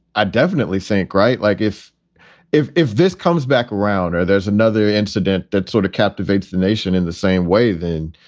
i definitely think. right, like, if if if this comes back around or there's another incident that sort of captivates the nation in the same way, then.